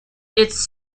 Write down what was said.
its